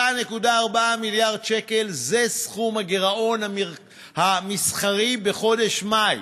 7.4 מיליארד שקל זה סכום הגירעון המסחרי בחודש מאי.